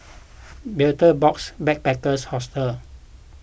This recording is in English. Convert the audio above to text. Betel Box Backpackers Hostel